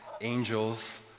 angels